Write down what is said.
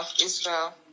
Israel